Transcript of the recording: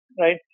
right